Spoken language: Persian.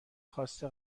خواسته